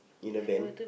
in a band